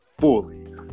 fully